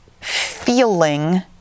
feeling